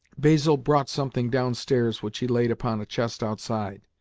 basil brought something downstairs which he laid upon a chest outside.